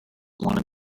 wanted